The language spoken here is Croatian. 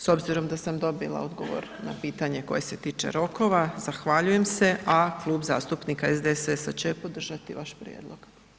S obzirom da sam dobila odgovor na pitanje koje se tiče rokova, zahvaljujem se a Klub zastupnika SDSS-a će podržati vaš prijedlog.